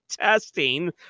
testing